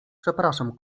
przepraszam